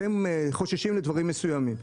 אתם חוששים מדברים מסוימים.